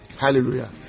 hallelujah